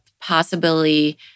possibility